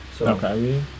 Okay